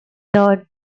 thought